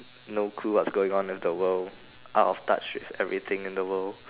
no clue what's going on with the world out of touch with everything in the world